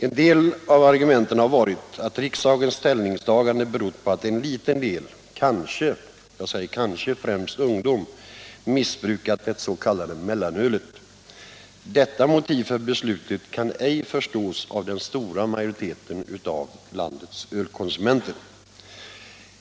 Ett av argumenten har varit att riksdagens ställningstagande berott på att en liten del — kanske främst ungdom — missbrukat det s.k. mellanölet. Detta motiv för beslutet kan ej förstås av den stora majoriteten av landets ölkonsumenter.